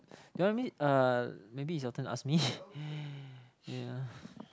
do you want me uh maybe it's your turn ask me yeah